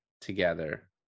together